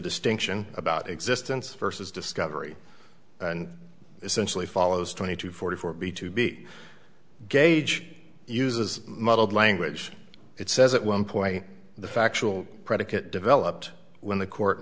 distinction about existence versus discovery and essentially follows twenty two forty four b two b gage uses muddled language it says at one point the factual predicate developed when the court